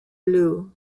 blue